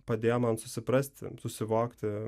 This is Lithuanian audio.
padėjo man susiprasti susivokti